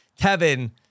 Kevin